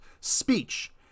speech